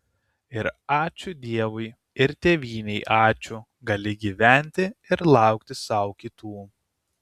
ir ačiū dievui ir tėvynei ačiū gali gyventi ir laukti sau kitų